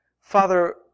Father